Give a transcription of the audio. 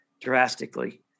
drastically